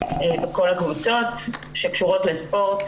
בכל הקבוצות שקשורות לספורט,